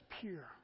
pure